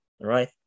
right